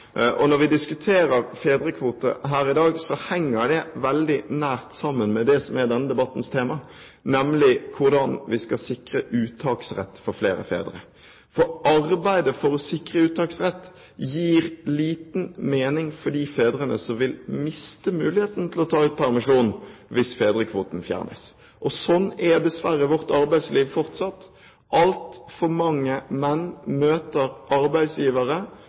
samme. Når vi diskuterer fedrekvote her i dag, henger det veldig nært sammen med det som er denne debattens tema, nemlig hvordan vi skal sikre uttaksrett for flere fedre. Arbeidet for å sikre uttaksrett gir liten mening for de fedrene som vil miste muligheten til å ta ut permisjon hvis fedrekvoten fjernes. Slik er dessverre vårt arbeidsliv fortsatt. Altfor mange menn møter arbeidsgivere